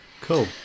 Cool